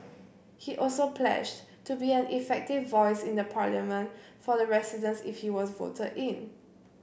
he also pledged to be an effective voice in the Parliament for the residents if he was voted in